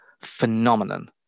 phenomenon